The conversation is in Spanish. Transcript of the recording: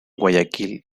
guayaquil